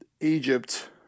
Egypt